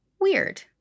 Weird